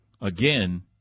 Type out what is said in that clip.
Again